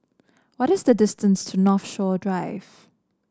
what is the distance to Northshore Drive